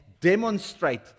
demonstrate